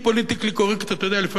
אתה יודע, לפעמים זה שובה את לבי.